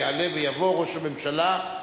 יעלה ויבוא ראש הממשלה,